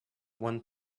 one